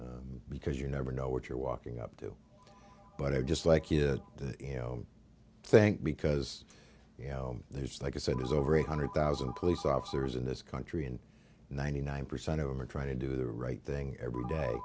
with because you never know what you're walking up to but i just like you you know i think because you know there's like i said there's over eight hundred thousand police officers in this country and ninety nine percent of them are trying to do the right thing every day